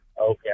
Okay